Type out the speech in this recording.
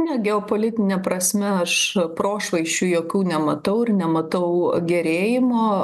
ne geopolitine prasme aš prošvaisčių jokių nematau ir nematau gerėjimo